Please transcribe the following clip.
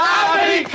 Happy